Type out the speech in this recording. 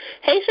hey